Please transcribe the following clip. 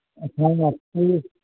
اچھا ہم آپ کی